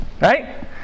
Right